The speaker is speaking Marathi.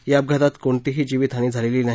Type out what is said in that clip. या अपघातात कोणतीही जिवीतहानी झालेली नाही